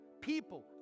people